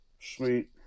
Sweet